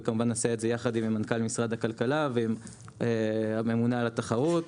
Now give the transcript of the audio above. וכמובן נעשה את זה יחד עם מנכ"ל משרד הכלכלה ועם הממונה על התחרות,